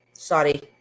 sorry